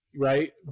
right